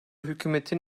hükümetin